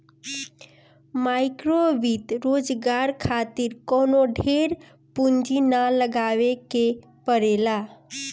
माइक्रोवित्त रोजगार खातिर कवनो ढेर पूंजी ना लगावे के पड़ेला